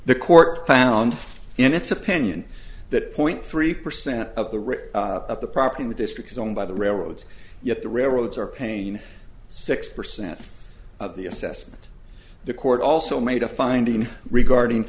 the court found in its opinion that point three percent of the rich of the property in the district is owned by the railroads yet the railroads or pain six percent of the assessment the court also made a finding regarding